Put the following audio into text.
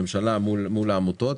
הממשלה מול העמותות